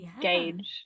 gauge